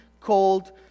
called